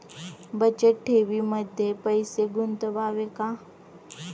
बचत ठेवीमध्ये पैसे गुंतवावे का?